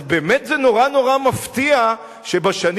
אז באמת זה נורא-נורא מפתיע שבשנים